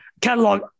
catalog